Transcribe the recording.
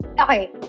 okay